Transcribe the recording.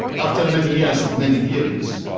after many years of many theories,